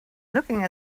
looking